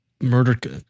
murder